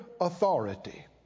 authority